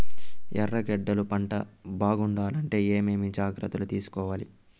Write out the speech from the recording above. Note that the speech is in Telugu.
ఎర్రగడ్డలు పంట బాగుండాలంటే ఏమేమి జాగ్రత్తలు తీసుకొవాలి?